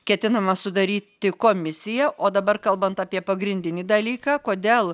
ketinama sudaryti komisiją o dabar kalbant apie pagrindinį dalyką kodėl